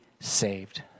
saved